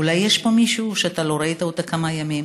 אולי יש פה מישהו שאתה לא ראית אותו כמה ימים,